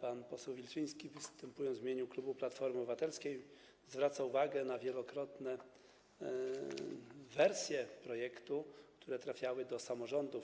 pan poseł Wilczyński, występując w imieniu klubu Platformy Obywatelskiej, zwracał uwagę na wielokrotne wersje projektu, które trafiały do samorządów.